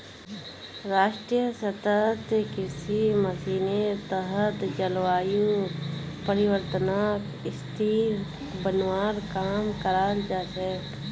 राष्ट्रीय सतत कृषि मिशनेर तहत जलवायु परिवर्तनक स्थिर बनव्वा काम कराल जा छेक